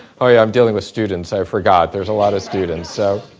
oh yeah, i'm dealing with students, i forgot. there's a lot of students so